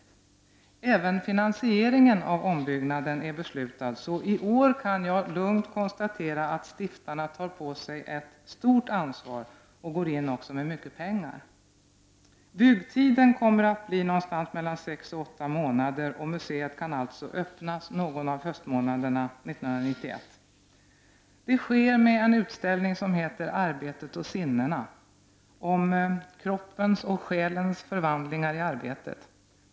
Det har även fattats beslut om finansieringen av ombyggnaden. I år kan jag därför lugnt konstatera att stiftarna tar på sig ett stort ansvar, och de går också in med mycket pengar. Byggtiden kommer att bli sex till åtta månader, och museet kan alltså öppnas under någon av höstmånaderna 1991. Det sker med en utställning som heter Arbetet och sinnena — om kroppens och själens förvandlingar i arbetet.